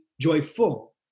joyful